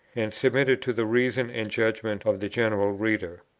and submitted to the reason and judgment of the general reader.